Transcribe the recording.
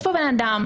יש כאן בן אדם,